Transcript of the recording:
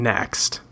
Next